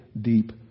deep